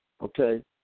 Okay